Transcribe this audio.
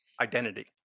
identity